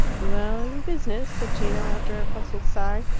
well, your business, said gino, after a puzzled sigh.